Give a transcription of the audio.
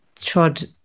trod